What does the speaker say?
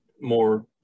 more